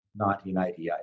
1988